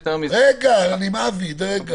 כמו שהיושב ראש אומר.